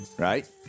Right